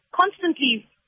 constantly